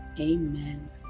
Amen